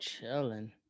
chilling